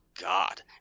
God